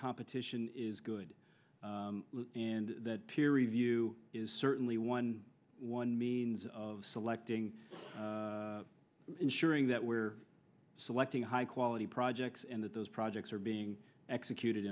competition is good and that peer review is certainly one one means of selecting ensuring that we're selecting high quality projects and that those projects are being executed